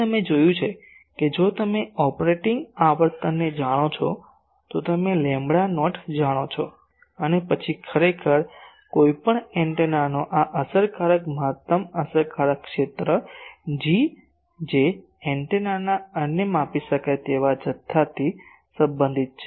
તેથી તમે જોયું કે જો તમે ઓપરેટિંગ આવર્તનને જાણો છો તો તમે લેમ્બડા નોટ જાણો છો અને પછી ખરેખર કોઈપણ એન્ટેનાનો આ અસરકારક મહત્તમ અસરકારક ક્ષેત્ર G જે એન્ટેનાના અન્ય માપી શકાય તેવા જથ્થાથી સંબંધિત છે